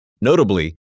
Notably